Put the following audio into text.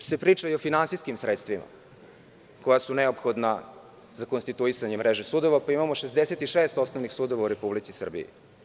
Takođe se priča o finansijskim sredstvima koja su neophodna za konstituisanje mreže sudova, pa imamo 66 osnovnih sudova u Republici Srbiji.